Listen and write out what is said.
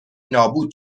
نابود